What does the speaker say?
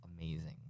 amazing